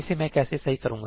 इसे मैं कैसे सही करूंगा